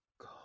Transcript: God